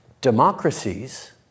democracies